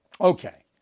Okay